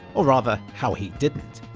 or rather, how he didn't!